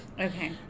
Okay